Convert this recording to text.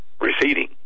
receding